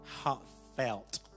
heartfelt